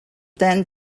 then